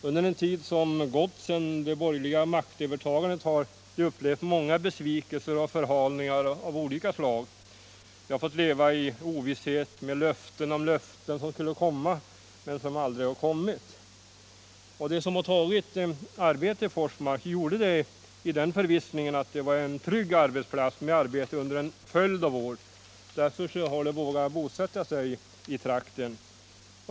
Under den tid som har gått sedan det borgerliga maktövertagandet har de upplevt många besvikelser och förhalningar av olika slag. De har fått leva i ovisshet med löften om löften som skulle komma men aldrig har kommit. De som har tagit arbete i Forsmark gjorde det i den förvissningen att det var en trygg arbetsplats med arbete under en följd av år. Därför har de vågat bosätta sig i trakten.